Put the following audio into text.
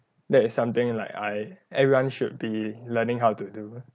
that is something like I everyone should be learning how to do